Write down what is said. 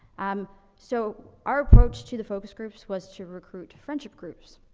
um, so our approach to the focus groups was to recruit friendship groups.